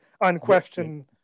unquestioned